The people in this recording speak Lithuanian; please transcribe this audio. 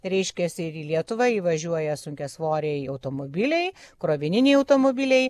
reiškias ir į lietuvą įvažiuoja sunkiasvoriai automobiliai krovininiai automobiliai